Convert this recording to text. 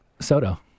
Soto